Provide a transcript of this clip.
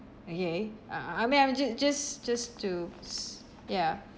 okay I I I mean I'm ju~ just just to s~ ya